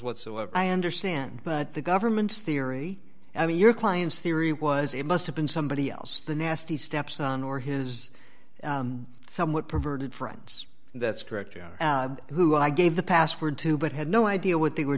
whatsoever i understand but the government's theory i mean your client's theory was it must have been somebody else the nasty stepson or his somewhat perverted friends that's correct who i gave the password to but had no idea what they were